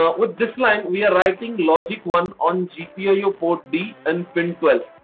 ah with this line we are writing logic one on gpio port d and pin twelve.